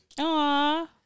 Aw